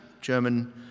German